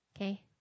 Okay